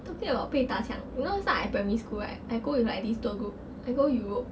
talking about 被打枪 you know last time I primary school right I go with like this tour group I go europe